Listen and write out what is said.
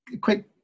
quick